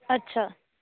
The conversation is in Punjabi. ਅੱਛਾ